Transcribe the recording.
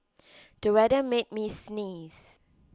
the weather made me sneeze